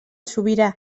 sobirà